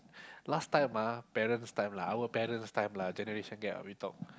last time ah parents' time lah our parents' time lah generation gap ah we talk